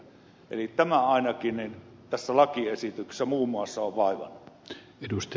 eli tämä ainakin tässä lakiesityksessä muun muassa on vaivannut